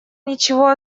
ничего